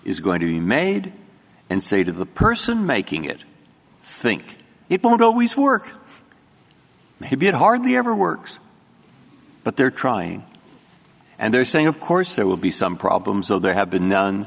is going to be made and say to the person making it think it won't always work maybe it hardly ever works but they're trying and they're saying of course there will be some problems so there have been none